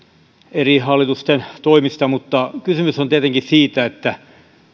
eri hallitusten toimista mutta kysymys on tietenkin siitä että